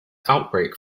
outbreak